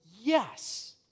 Yes